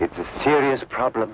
it's a serious problem